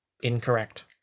Incorrect